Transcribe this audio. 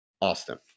austin